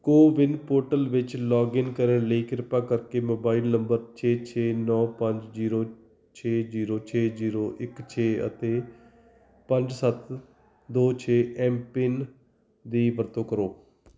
CoWIN portal ਵਿੱਚ login ਕਰਨ ਲਈ ਕਿਰਪਾ ਕਰਕੇ ਮੋਬਾਈਲ ਨੰਬਰ ਛੇ ਛੇ ਨੌ ਪੰਜ ਜੀਰੋ ਛੇ ਜੀਰੋ ਛੇ ਜੀਰੋ ਇੱਕ ਛੇ ਅਤੇ ਪੰਜ ਸੱਤ ਦੋ ਛੇ ਐੱਮਪਿੰਨ ਦੀ ਵਰਤੋਂ ਕਰੋ